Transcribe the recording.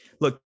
look